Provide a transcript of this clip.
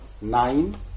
nine